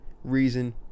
reason